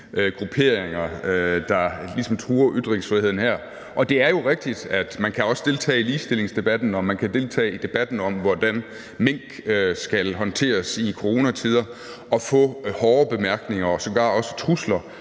grupperinger, der truer ytringsfriheden. Det er jo rigtigt, at man også kan deltage i ligestillingsdebatten eller man kan deltage i debatten om, hvordan mink skal håndteres i coronatider, og få hårde bemærkninger og sågar også trusler.